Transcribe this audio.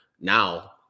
Now